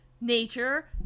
nature